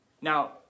Now